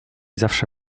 zawsze